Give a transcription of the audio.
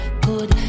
good